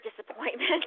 disappointment